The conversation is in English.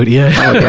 ah yeah.